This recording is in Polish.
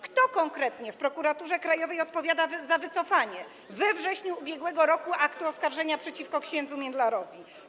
Kto konkretnie w Prokuraturze Krajowej odpowiada za wycofanie we wrześniu ub.r. aktu oskarżenia przeciwko ks. Międlarowi?